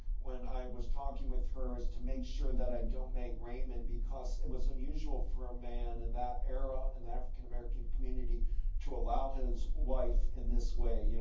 when i was talking with her, is to make sure that i don't make raymond because it was unusual for a man in that era in the african american community to allow his wife in this way, you know